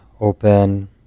open